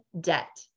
debt